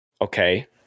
okay